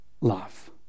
love